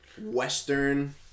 Western